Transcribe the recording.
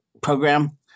program